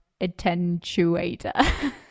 attenuator